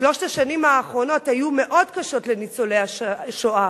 שלוש השנים האחרונות היו מאוד קשות לניצולי השואה,